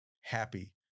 happy